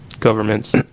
government's